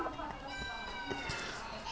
you never lah only alamun diet now